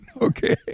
okay